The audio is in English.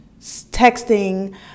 texting